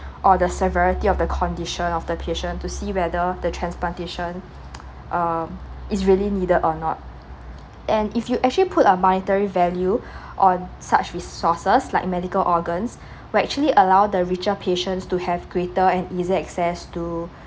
or the severity of the condition of the patient to see whether the transplantation um is really needed or not and if you actually put a monetary value on such resources like medical organs we actually allow the richer patients to have greater and easier access to